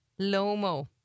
Lomo